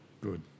good